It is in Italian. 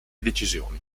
decisioni